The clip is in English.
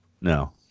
no